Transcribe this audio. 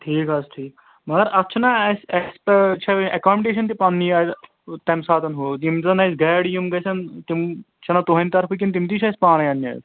ٹھیٖک حظ ٹھیٖک مگر اَتھ چھُنا اَسہِ چھا اٮ۪کامڈیشَن تہِ پَننی تَمہِ ساتَن ہُہ یِم زَن اَسہِ گاڑِ یِم گژھن تِم چھِنا تُہنٛدِ طرفہٕ کِنہٕ تِم تہِ چھِ اَسہِ پانَے اَننہِ حظ